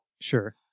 Sure